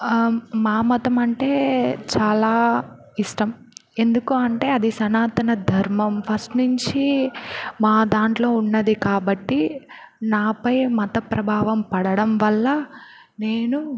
మా మతం అంటే చాలా ఇష్టం ఎందుకు అంటే అది సనాతన ధర్మం ఫస్ట్ నుంచి మా దాంట్లో ఉన్నది కాబట్టి నాపై మత ప్రభావం పడడం వల్ల నేను